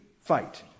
fight